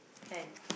ten